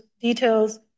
details